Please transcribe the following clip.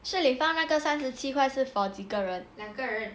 Shi Li Fang 那个三十七块是 for 几个人